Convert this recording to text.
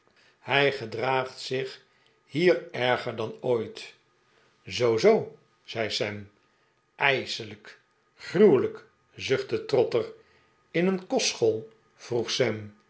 hij gedraagt zich hier erger dan ooit zoo zoo zei sam ijselijk gruwelijk zuchtte trotter in een kostschool vroeg